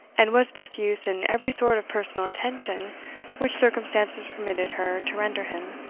and was profuse in every sort of personal attention which circumstances permitted her to render him.